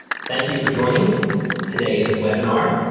thank you for joining today's webinar,